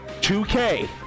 2K